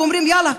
ואומרים: יאללה,